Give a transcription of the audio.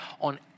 on